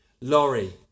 lorry